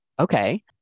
Okay